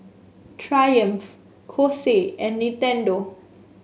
Triumph Kose and Nintendo